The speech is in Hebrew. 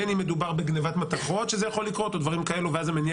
בין אם מדובר בגניבת מתכות שזה יכול לקרות או דברים כאלו ואז זה מניע